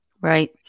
Right